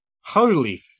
holy